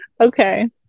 Okay